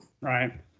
Right